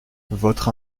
votre